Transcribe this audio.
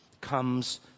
comes